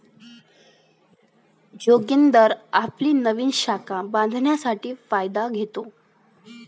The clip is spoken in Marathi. जोगिंदर आपली नवीन शाखा बांधण्यासाठी फायदा घेतो